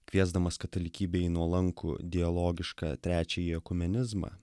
kviesdamas katalikybei nuolankų dialogišką trečiąjį ekumenizmą